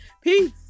Peace